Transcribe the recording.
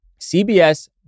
CBS